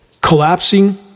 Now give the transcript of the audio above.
collapsing